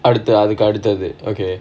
அடுத்து அதுக்கடுத்தது:aduthu athukaduthathu okay